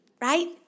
right